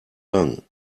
lang